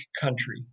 country